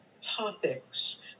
topics